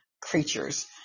creatures